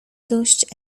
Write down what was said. dość